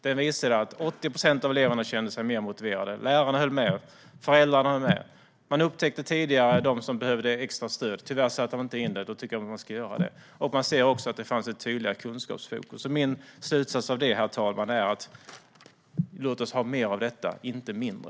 Den visade att 80 procent av eleverna kände sig mer motiverade. Lärarna och föräldrarna höll med. Man upptäckte tidigare dem som behövde extra stöd. Tyvärr sattes det inte in; det tycker jag ska göras. Man ser också att det fanns ett tydligare kunskapsfokus. Min slutsats, herr talman, är: Låt oss ha mer av detta, inte mindre!